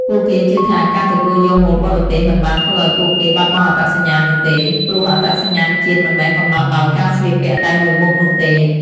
ពួកគេជឿថាការទទួលយកម៉ូដបរទេសមិនបានធ្វើឲ្យពួកគេបាត់បង់អត្តសញ្ញាណនោះទេ ព្រោះអត្តសញ្ញាណជាតិមិនមែនកំណត់ដោយការស្លៀកពាក់តែមួយមុខនោះទេ។